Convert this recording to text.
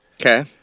Okay